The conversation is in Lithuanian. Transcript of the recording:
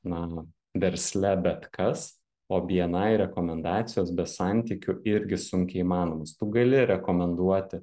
na versle bet kas o bni rekomendacijos be santykių irgi sunkiai įmanomos tu gali rekomenduoti